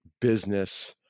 business